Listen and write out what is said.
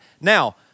now